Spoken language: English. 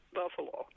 buffalo